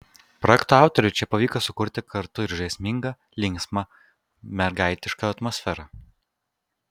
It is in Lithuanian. projekto autoriui čia pavyko sukurti kartu ir žaismingą linksmą mergaitišką atmosferą